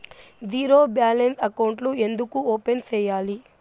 zero balance అకౌంట్లు ఎందుకు open సేయాలి